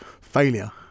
failure